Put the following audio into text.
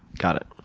got it.